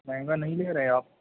مہنگا نہیں لے رہے آپ